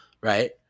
right